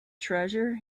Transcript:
treasure